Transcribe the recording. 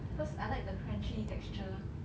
cause I like the crunchy texture